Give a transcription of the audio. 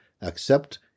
accept